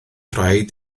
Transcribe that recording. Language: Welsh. rhaid